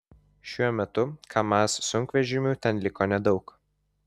šiuo metu kamaz sunkvežimių ten liko nedaug